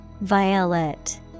Violet